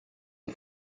une